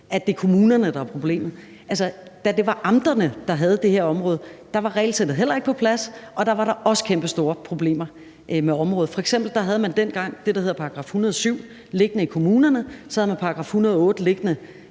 at det er kommunerne, der er problemet. Altså, da det var amterne, der havde det her område, var regelsættet heller ikke på plads, og der var der også kæmpestore problemer med området. F.eks. havde man dengang det, der hedder § 107, liggende i kommunerne, og så havde man § 108 liggende